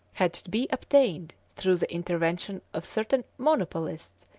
had to be obtained through the intervention of certain monopolists,